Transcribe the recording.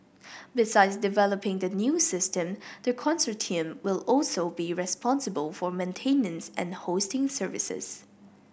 besides developing the new system the consortium will also be responsible for maintenance and hosting services